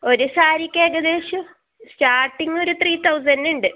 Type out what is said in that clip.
ഒരു സാരിക്ക് ഏകദേശം സ്റ്റാർട്ടിംഗ് ഒരു ത്രീ തൗസൻഡുണ്ട്